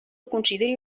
consideri